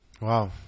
Wow